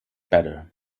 better